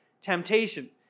temptation